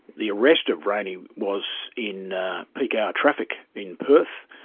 the arrest of rayney was in peak hour traffic in perth.